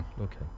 Okay